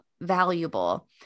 valuable